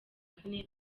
kane